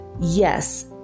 yes